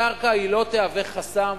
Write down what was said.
הקרקע לא תהווה חסם,